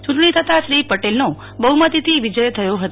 ચુંટણી થતાં શ્રી પટેલનો બહ્મતિથી વિજય થયો હતો